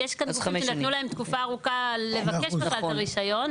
יש כאן גופים שנתנו להם תקופה ארוכה לבקש את הרישיון.